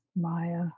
Maya